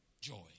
joy